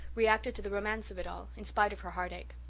reacted to the romance of it all, in spite of her heartache.